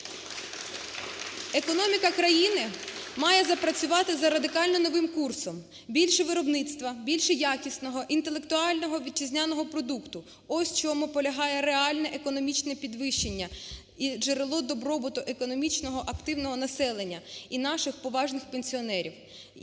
Економіка країни має запрацювати за радикально новим курсом. Більше виробництва, більше якісного інтелектуального вітчизняного продукту – ось у чому полягає реальне економічне підвищення і джерело добробуту економічно активного населення і наших поважних пенсіонерів…